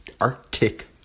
Arctic